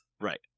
Right